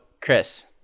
Chris